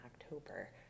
October